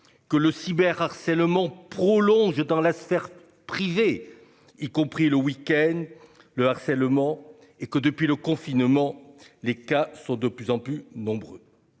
que le cyber harcèlement prolonge dans la sphère privée, y compris le week-end le harcèlement et que depuis le confinement. Les cas sont de plus en plus nombreux.